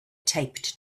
taped